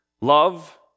love